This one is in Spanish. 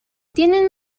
tienen